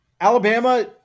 Alabama